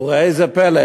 וראה זה פלא,